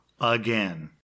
Again